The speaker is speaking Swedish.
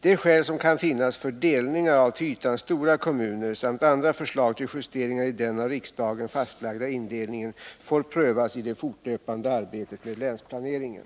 De skäl som kan finnas för delningar av till ytan stora kommuner samt andra förslag till justeringar i den av riksdagen fastlagda indelningen får prövas i det fortlöpande arbetet med länsplaneringen.